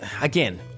Again